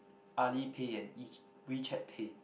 Ali pay and WeChat pay